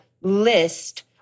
list